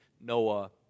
Noah